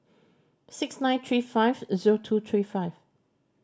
six nine three five zero two three five